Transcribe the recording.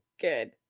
Good